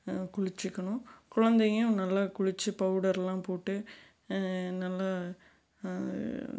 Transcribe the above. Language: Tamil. குளிச்சுக்கணும் குழந்தையும் நல்லா குளித்து பவுடர்லாம் போட்டு நல்லா